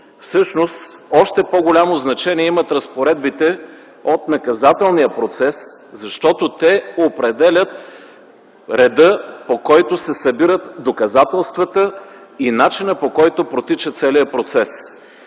всъщност още по-голямо значение имат разпоредбите от наказателния процес, защото те определят реда, по който се събират доказателствата и начина, по който протича целият процес.